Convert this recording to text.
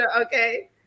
okay